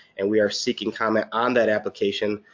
and we are seeking comment on that application,